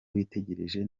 witegereje